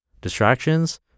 Distractions